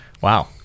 Wow